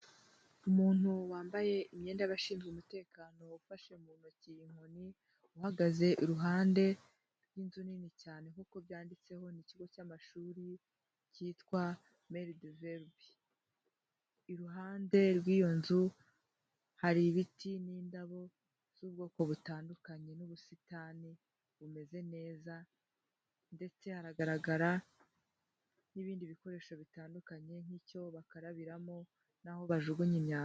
Umuntu wambaye imyenda y'abashinzwe umutekano, ufashe mu ntoki inkoni, uhagaze iruhande rw'inzu nini cyane, nkuko byanditseho n'ikigo cy'amashuri cyitwa maldeverb, iruhande rw'iyo nzu hari ibiti n'indabo z'ubwoko butandukanye, n'ubusitani bumeze neza, ndetse hagaragara n'ibindi bikoresho bitandukanye, nk'icyo bakarabiramo naho bajugunya imyanda.